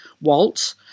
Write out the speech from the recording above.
walt